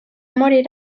morir